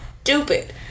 stupid